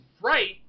right